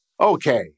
Okay